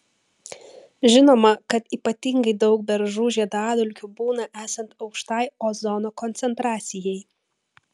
žinoma kad ypatingai daug beržų žiedadulkių būna esant aukštai ozono koncentracijai